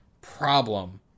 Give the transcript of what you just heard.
problem